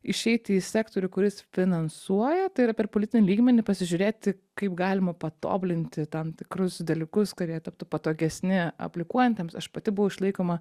išeiti į sektorių kuris finansuoja tai yra per politinį lygmenį pasižiūrėti kaip galima patobulinti tam tikrus dalykus kurie taptų patogesni aplikuojantiems aš pati buvau išlaikoma